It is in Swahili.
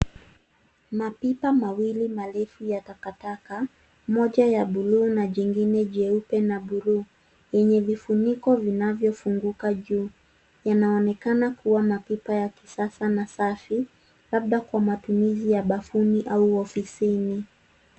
Mapipa mawili marefu ya takataka, moja ya buluu na jingine jeupe na buluu, yenye vifuniko vinavyofunguka juu. Yanaonekana kua mapipa ya kisasa na safi, labda kwa matumizi ya bafuni au ofisini.